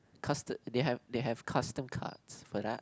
custard they have they have custom cards but ah